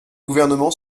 gouvernement